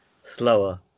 slower